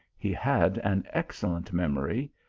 he had an excel lent memory,